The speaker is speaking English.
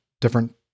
different